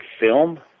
film